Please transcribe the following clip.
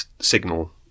signal